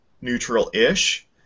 neutral-ish